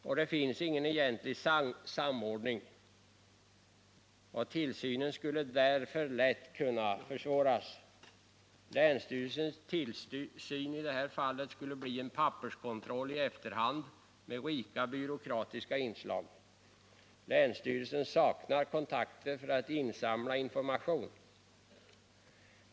Och någon egentlig samordning förekommer inte. Tillsynen skulle därför lätt kunna försvåras. Länsstyrelsens tillsyn skulle i detta fall bli en papperskontroll i efterhand med rika byråkratiska inslag. Länsstyrelsen saknar också kontakter för att insamla information.